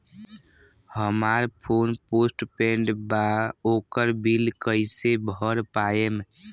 हमार phone postpaid बा ओकर बिल कईसे भर पाएम?